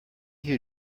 who